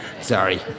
Sorry